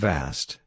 Vast